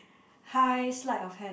high sleight of hand